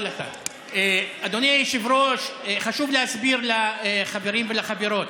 אדוני היושב-ראש, חשוב להסביר לחברים ולחברות: